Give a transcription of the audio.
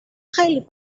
خیلی